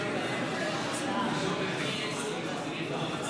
בדבר תוספת תקציב לא נתקבלו.